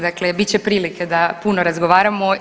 Dakle, bit će prilike da puno razgovaramo.